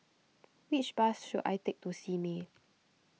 which bus should I take to Simei